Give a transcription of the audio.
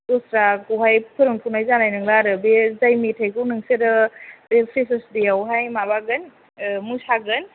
दस्राखौहाय फोरोंथ'नाय जानाय नंला आरो बे जाय मेथाइखौ नोंसोरो बे फ्रेसार्स देयावहाय माबागोन मोसागोन